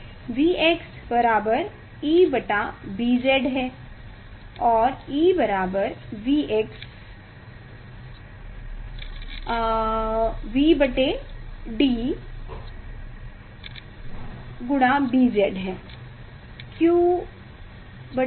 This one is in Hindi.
Vx बराबर E Bz है और E बराबरVx V D Bz है